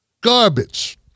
garbage